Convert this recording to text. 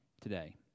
today